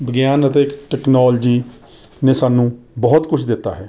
ਵਿਗਿਆਨ ਅਤੇ ਟੈਕਨੋਲੋਜੀ ਨੇ ਸਾਨੂੰ ਬਹੁਤ ਕੁਝ ਦਿੱਤਾ ਹੈ